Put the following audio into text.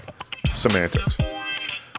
semantics